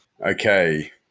Okay